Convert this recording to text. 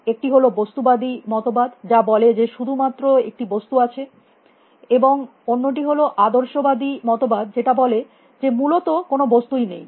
একটি হল বস্তুবাদী মত বাদ যা বলে যে শুধুমাত্র একটি বস্তু আছে এবং অন্যটি হল আদর্শবাদী মত বাদ যেটা বলে যে মূলত কোনো বস্তুই নেই